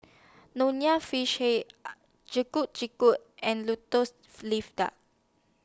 Nonya Fish Head Getuk Getuk and Lotus Leaf Duck